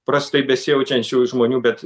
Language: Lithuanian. prastai besijaučiančių žmonių bet